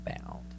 bound